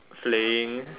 playing